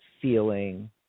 feeling